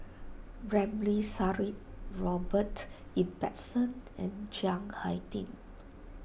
Ramli Sarip Robert Ibbetson and Chiang Hai Ding